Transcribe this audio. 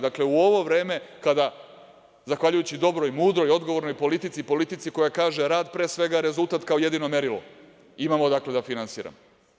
Dakle, u ovo vreme kada zahvaljujući dobroj, mudroj i odgovornoj politici, politici koja kaže – rad, pre svega, rezultat kao jedino merilo imamo da finansiramo.